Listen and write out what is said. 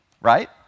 right